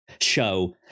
show